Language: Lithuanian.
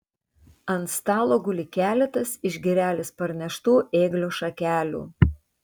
ant stalo guli keletas iš girelės parneštų ėglio šakelių